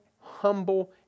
humble